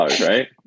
right